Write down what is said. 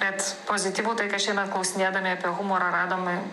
bet pozityvu tai kad šiemet klausinėdami apie humorą radome